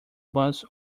bus